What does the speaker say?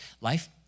life